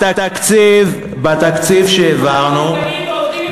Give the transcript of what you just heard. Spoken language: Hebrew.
בתקציב שהעברנו, ועובדים מפוטרים.